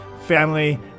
family